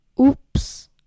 Oops